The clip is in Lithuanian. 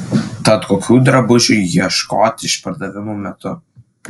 tad kokių drabužių ieškoti išpardavimų metu